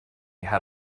had